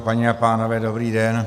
Paní a pánové, dobrý den.